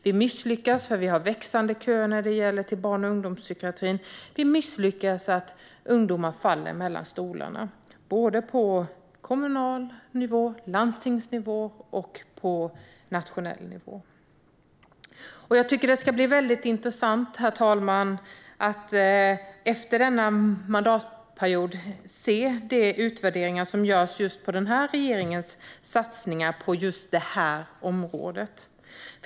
Vi misslyckas på så sätt att vi har växande köer till barn och ungdomspsykiatrin, och vi misslyckas på så sätt att ungdomar faller mellan stolarna på såväl kommunal nivå som på landstingsnivå och nationell nivå. Jag tycker att det ska bli väldigt intressant, herr talman, att efter denna mandatperiod se de utvärderingar som görs av just den här regeringens satsningar på just det här området.